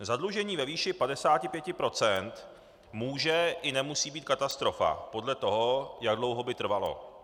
Zadlužení ve výši 55 % může, i nemusí být katastrofa podle toho, jak dlouho by trvalo.